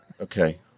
okay